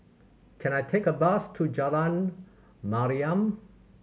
can I take a bus to Jalan Mariam